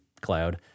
cloud